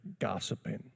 gossiping